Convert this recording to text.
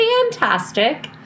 fantastic